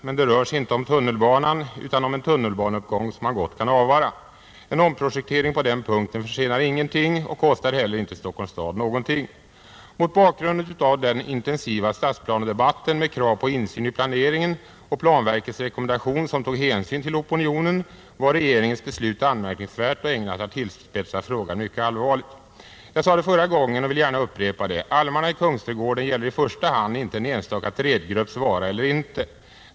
Men det rör sig inte om tunnelbanan utan om en tunnelbaneuppgång, som man gott kan avvara. En omprojektering på den punkten försenar ingenting och kostar heller inte Stockholms stad någonting. Mot bakgrund av den intensiva stadsplanedebatten med krav på insyn i planeringen och planverkets rekommendation, som tog hänsyn till opinionen, var regeringens beslut anmärkningsvärt och ägnat att tillspetsa frågan mycket allvarligt. Jag sade förra gången och vill gärna upprepa det: ”Frågan om almarna i Kungsträdgården gäller inte i första hand en enstaka trädgrupps vara eller inte vara.